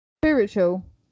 spiritual